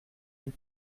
huit